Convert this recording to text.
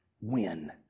win